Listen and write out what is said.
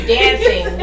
dancing